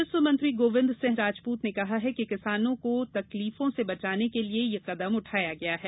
राजस्व मंत्री गोविंद सिंह राजपूत ने कहा कि किसानों को तकलीफों से बचाने के लिये यह कदम उठाया गया है